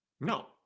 No